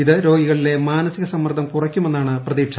ഇത് രോഗികളിലെ മാനസിക സമ്മർദ്ദം കുറയ്ക്കുമെന്നാണ് പ്രതീക്ഷ